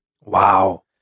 Wow